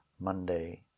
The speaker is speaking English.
Monday